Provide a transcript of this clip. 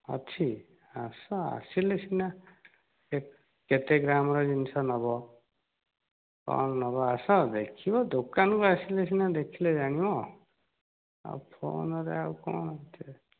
ଅଛି ଆସ ଆସିଲେ ସିନା କେତେ ଗ୍ରାମର ଜିନିଷ ନେବ କ'ଣ ନେବ ଆସ ଦେଖିବ ଦୋକାନକୁ ଆସିଲେ ସିନା ଦେଖିଲେ ଜାଣିବ ଆଉ ଫୋନ ରେ ଆଉ କ'ଣ